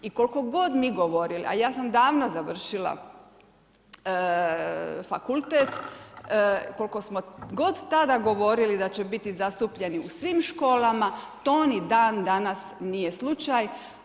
I koliko god mi govorili, a ja sam davno završila fakultet, koliko god smo tada govorili da će biti zastupljeni u svim školama to ni dan danas nije slučaj.